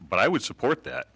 but i would support that